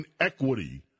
inequity